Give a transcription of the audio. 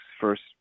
first